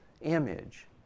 image